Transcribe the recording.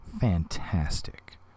fantastic